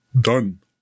Done